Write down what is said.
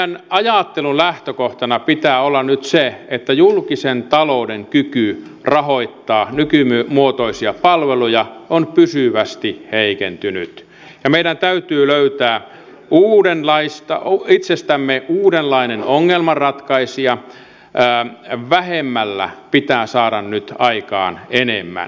meidän ajattelun lähtökohtana pitää olla nyt se että julkisen talouden kyky rahoittaa nykymuotoisia palveluja on pysyvästi heikentynyt ja meidän täytyy löytää itsestämme uudenlainen ongelmanratkaisija vähemmällä pitää saada nyt aikaan enemmän